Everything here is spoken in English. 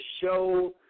show